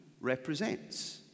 represents